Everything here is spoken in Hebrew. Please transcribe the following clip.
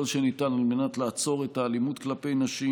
שניתן על מנת לעצור את האלימות כלפי נשים,